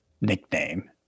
nickname